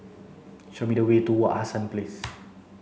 show me the way to Wak Hassan Place